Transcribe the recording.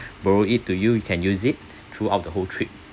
borrow it to you you can use it throughout the whole trip